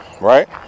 right